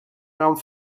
raam